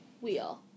Wheel